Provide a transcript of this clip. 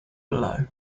below